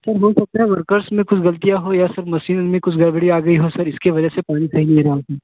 sir हो सकता है वर्कर्स में कुछ गलतियाँ हो या सर मशीन में कुछ गड़बड़ी आ गई हो सर इसके वजह से पानी